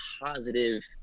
positive